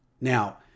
Now